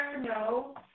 no